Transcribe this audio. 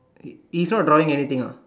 he's not drawing anything ah